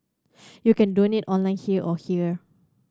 you can donate online here or here